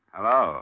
Hello